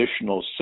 additional